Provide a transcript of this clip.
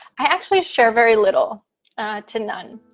i actually share very little to none,